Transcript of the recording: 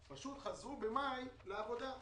הם פשוט חזרו במאי לעבודה.